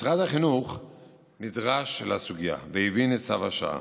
משרד החינוך נדרש לסוגיה והבין את צו השעה